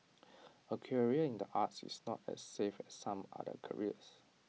A career in the arts is not as safe as some other careers